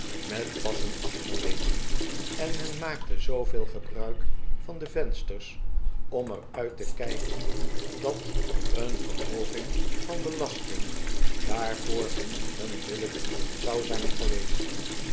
met passen afgemeten en men maakte zooveel gebruik van de vensters om er uit te kijken dat een verhooging van belasting daarvoor niet onbillijk zou zijn geweest